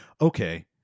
okay